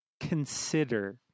consider